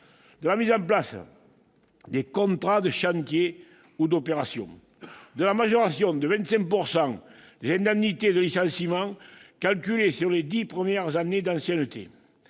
de la mise en place des contrats de chantier ou d'opération, de la majoration de 25 % des indemnités de licenciement calculées sur les dix premières années d'ancienneté,